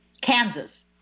Kansas